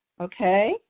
okay